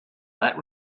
that